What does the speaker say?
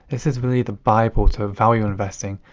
this is really the bible to value investing,